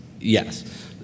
Yes